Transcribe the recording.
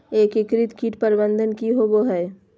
एकीकृत कीट प्रबंधन की होवय हैय?